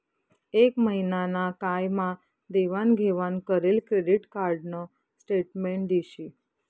एक महिना ना काय मा देवाण घेवाण करेल क्रेडिट कार्ड न स्टेटमेंट दिशी